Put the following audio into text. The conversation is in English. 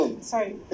sorry